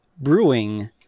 Brewing